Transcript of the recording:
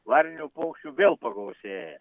varninių paukščių vėl pagausėja